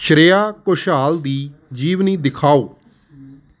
ਸ਼੍ਰੇਆ ਘੋਸ਼ਾਲ ਦੀ ਜੀਵਨੀ ਦਿਖਾਓ